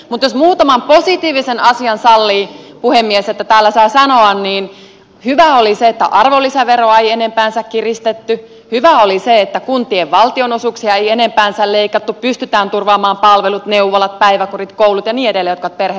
mutta jos muutaman positiivisen asian sallitte puhemies että täällä saa sanoa niin hyvää oli se että arvonlisäveroa ei enempäänsä kiristetty hyvää oli se että kuntien valtionosuuksia ei enempäänsä leikattu pystytään turvaamaan palvelut neuvolat päiväkodit koulut ja niin edelleen jotka ovat perheille tärkeitä